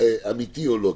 הטענות שלך אמיתיות או לא.